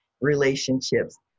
relationships